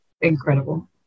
Incredible